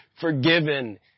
forgiven